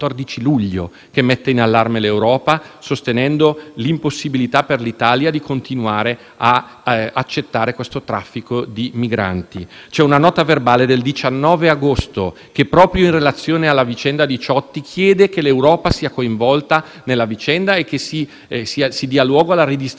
accettare questo traffico di migranti; c'è una nota a verbale del 19 agosto che, proprio in relazione alla nave Diciotti, chiede che l'Europa sia coinvolta nella vicenda e che si dia luogo alla redistribuzione dei migranti; c'è una lettera del Ministero degli esteri del 21 agosto, che chiede nuovamente una riunione; c'è una riunione